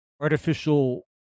artificial